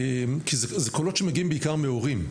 כי אלה קולות שמגיעים בעיקר מהורים,